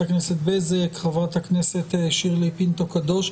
הכנסת בזק וחברת הכנסת שירלי פינטו קדוש.